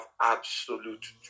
absolute